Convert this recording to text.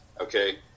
okay